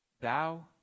thou